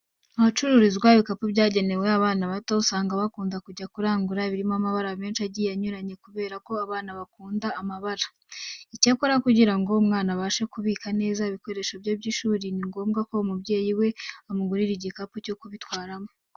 Ahacururizwa ibikapu byagenewe abana bato, usanga bakunda kujya kurangura ibirimo amabara menshi agiye anyuranye kubera ko abana bakunda amabara. Icyakora kugira ngo umwana abashe kubika neza ibikoresho bye by'ishuri, ni ngombwa ko umubyeyi we amugurira igikapu cyo kubitwaramo.